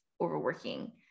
overworking